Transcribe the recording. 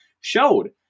showed